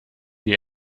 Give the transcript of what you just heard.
die